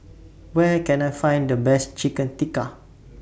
Where Can I Find The Best Chicken Tikka